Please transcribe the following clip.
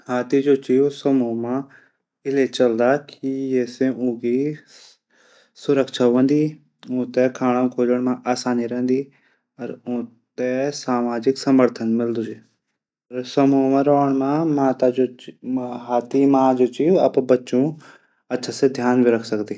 हाथी जू निकटवर्ती समूह मा इलै चलदा। ये से ऊंकी सुरक्षा हूंदी। ऊंथै खंणू खुजांणी ता आसानी हूंदी। और ऊथै सामाजिक समर्थन मिलदू। समूह मा रैण मा हाथी मा आपड बच्चों अचछू से ध्यान रखदी।